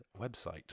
website